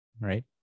right